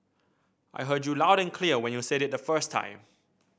I heard you loud and clear when you said it the first time